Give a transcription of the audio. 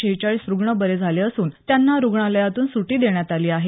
शेहचाळीस रुग्ण बरे झाले असून त्यांना रुग्णालयातून सूटी देण्यात आली आहे